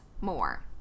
more